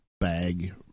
bag